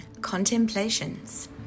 contemplations